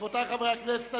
רבותי חברי הכנסת,